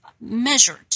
measured